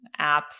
apps